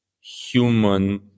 human